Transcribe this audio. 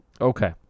Okay